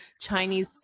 Chinese